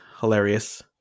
hilarious